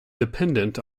dependent